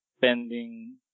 pending